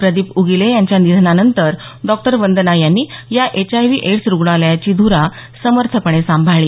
प्रदिप उगीले यांच्या निधनानंतर डॉ वंदना यांनी या एचआयव्ही एड्स रुग्णालयाची धुरा समर्थपणे सांभाळली